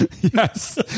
Yes